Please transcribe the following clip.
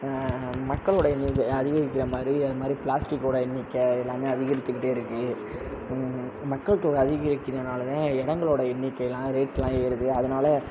மக்களோட எண்ணிக்கை அதிகரிக்கிற மாதிரி அதுமாதிரி பிளாஸ்டிக்கோட எண்ணிக்கை எல்லாம் அதிகரிச்சுகிட்டே இருக்கு மக்கள் தொகை அதிகரிக்கிறதுனாலதான் இடங்களோட எண்ணிக்கைலாம் ரேட்லாம் ஏறுது அதனால்